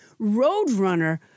roadrunner